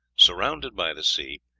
surrounded by the sea,